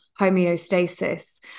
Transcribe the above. homeostasis